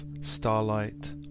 starlight